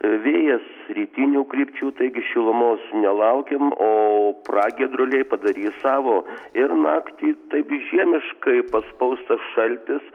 vėjas rytinių krypčių taigi šilumos nelaukiam o pragiedruliai padarys savo ir naktį taip žiemiškai paspaus tas šaltis